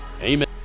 Amen